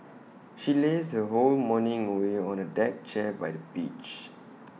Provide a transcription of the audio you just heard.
she lazed her whole morning away on A deck chair by the beach